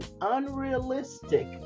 unrealistic